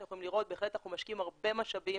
אתם יכולים לראות בהחלט אנחנו משקיעים הרבה משאבים